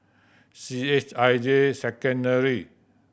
C H I J Secondary